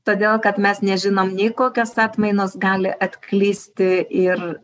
todėl kad mes nežinom nei kokios atmainos gali atklysti ir